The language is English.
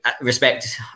respect